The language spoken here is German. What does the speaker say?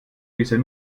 bisher